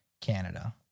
Canada